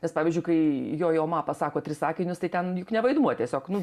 nes pavyzdžiui kai jo jo ma pasako tris sakinius tai ten juk ne vaidmuo tiesiog nu